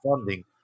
funding